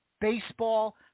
baseball